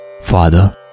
Father